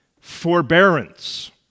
forbearance